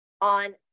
on